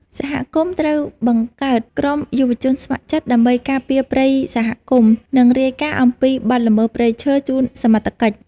សហគមន៍ត្រូវបង្កើតក្រុមយុវជនស្ម័គ្រចិត្តដើម្បីការពារព្រៃសហគមន៍ និងរាយការណ៍អំពីបទល្មើសព្រៃឈើជូនសមត្ថកិច្ច។